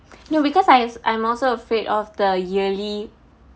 no because I I'm also afraid of the yearly